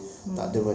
mm